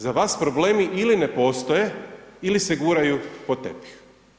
Za vas problemi ili ne postoje ili se guraju pod tepih.